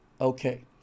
Okay